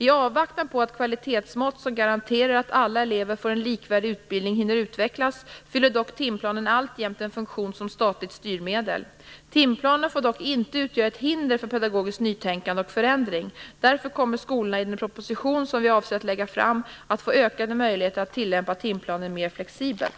I avvaktan på att kvalitetsmått som garanterar att alla elever får en likvärdig utbildning hinner utvecklas, fyller dock timplanen alltjämt en funktion som statligt styrmedel. Timplanen får dock inte utgöra ett hinder för pedagogiskt nytänkande och förändring. Därför kommer skolorna i den proposition som vi avser att lägga fram att få ökade möjligheter att tilllämpa timplanen mer flexibelt.